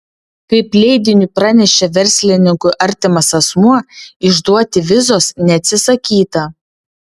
kaip leidiniui pranešė verslininkui artimas asmuo išduoti vizos neatsisakyta